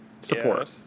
support